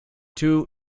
two